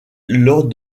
lors